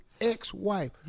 ex-wife